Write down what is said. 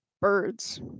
birds